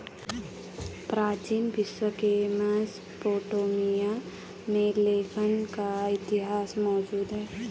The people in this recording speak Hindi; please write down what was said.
प्राचीन विश्व के मेसोपोटामिया में लेखांकन का इतिहास मौजूद है